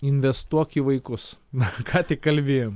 investuok į vaikus na ką tik kalbėjom